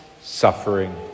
suffering